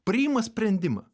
priima sprendimą